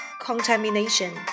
contamination